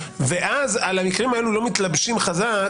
ואז על המקרים האלו לא מתלבשים חזק,